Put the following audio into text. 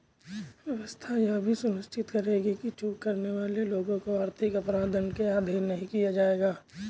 व्यवस्था यह भी सुनिश्चित करेगी कि चूक करने वाले लोगों को आर्थिक अपराध दंड के अधीन नहीं किया जाएगा